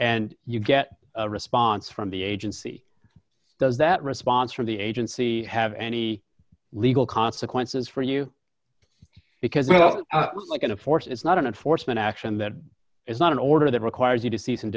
and you get a response from the agency does that response from the agency have any legal consequences for you because you know like in a force it's not an enforcement action that is not an order that requires you to